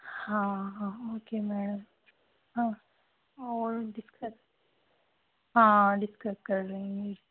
हाँ हाँ okay madam हाँ और दिक़्क़त हाँ दिक़्क़त कर लेंगी